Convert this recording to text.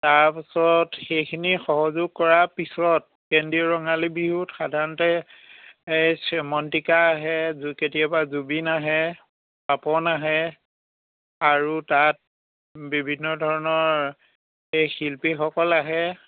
তাৰ পিছত সেইখিনি সহযোগ কৰাৰ পিছত কেন্দ্ৰীয় ৰঙালী বিহুত সাধাৰণতে এ শ্যামন্তিকা আহে কেতিয়বা জুবিন আহে পাপন আহে আৰু তাত বিভিন্ন ধৰণৰ এই শিল্পীসকল আহে